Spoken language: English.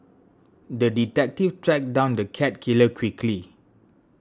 the detective tracked down the cat killer quickly